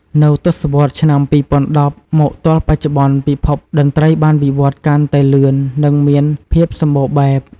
នៅទសវត្សរ៍ឆ្នាំ ២០១០ មកទល់បច្ចុប្បន្ន ពិភពតន្ត្រីបានវិវត្តន៍កាន់តែលឿន និងមានភាពសម្បូរបែប។